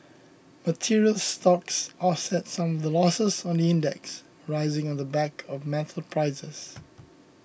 materials stocks offset some of the losses on the index rising on the back of metals prices